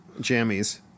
Jammies